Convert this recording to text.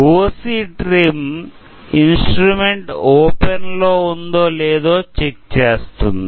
OC trim instrument open లో ఉందో లేదో చెక్ చేస్తుంది